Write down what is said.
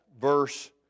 verse